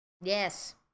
Yes